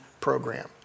program